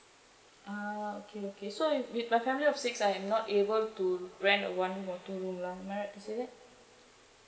ah okay okay so with my family of six I am not able to rent a one room or two room lah am I right to say that